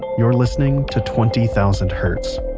you're listening to twenty thousand hertz.